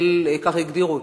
של בתי-החולים, כך הגדירו אותו: